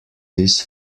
this